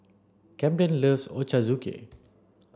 Kamden loves Ochazuke